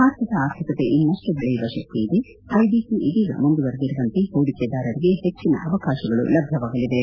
ಭಾರತದ ಆರ್ಥಿಕತೆ ಇನ್ನಷ್ಟು ಬೆಳೆಯುವ ಶಕ್ತಿ ಇದೆ ಐಬಿಸಿ ಇದೀಗ ಮುಂದುವರಿದಿರುವಂತೆ ಹೂಡಿಕೆದಾರರಿಗೆ ಇದೀಗ ಹೆಚ್ಚನ ಅವಕಾಶಗಳು ಲಭ್ಯವಾಗಲಿವೆ